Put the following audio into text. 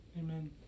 Amen